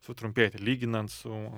sutrumpėti lyginant su